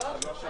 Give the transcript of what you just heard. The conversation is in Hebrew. רבותי,